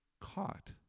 caught